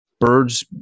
Birds